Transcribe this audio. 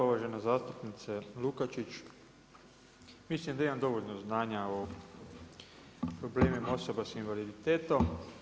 Uvažena zastupnice Lukačić, mislim da imam dovoljno znanja o problemima osoba sa invaliditetom.